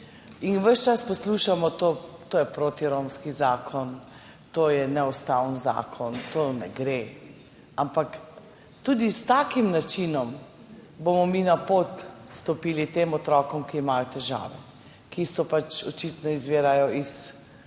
in ves čas poslušamo: to je protiromski zakon, to je neustaven zakon, to ne gre. Ampak tudi s takim načinom bomo mi stopili naproti tem otrokom, ki imajo težave, ki pač očitno izvirajo iz